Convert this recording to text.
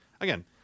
again